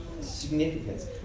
significance